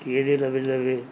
ਇਹਦੇ ਲਵੇ ਲਵੇ